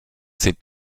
ces